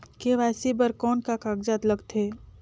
KYC बर कौन का कागजात लगथे?